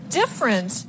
different